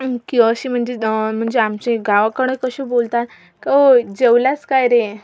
की अशी म्हणजे म्हणजे आमच्या गावकडे कशी बोलतात ओ जेवलास काय रे